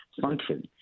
function